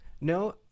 No